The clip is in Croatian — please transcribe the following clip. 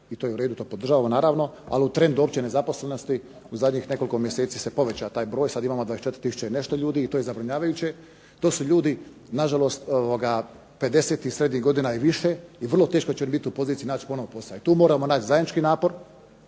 i to je u redu, to podržavamo naravno. Ali u trendu opće nezaposlenosti u zadnjih nekoliko mjeseci se povećao taj broj. Sad imamo 24000 i nešto ljudi i to je zabrinjavajuće. To su ljudi na žalost 50 i srednjih godina i više i vrlo teško će oni biti u poziciji naći …/Ne razumije se./… i tu moramo naći zajednički napor,